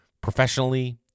professionally